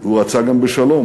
הוא רצה גם בשלום.